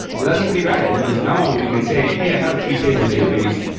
that's pretty radical, because now we can say, hey, i have a three table database,